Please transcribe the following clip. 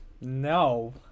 No